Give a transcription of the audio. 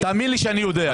תאמין לי שאני יודע את זה.